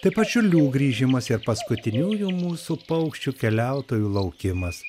taip pat čiurlių grįžimas ir paskutiniųjų mūsų paukščių keliautojų laukimas